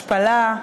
השפלה.